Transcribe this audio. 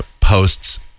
posts